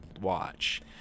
watch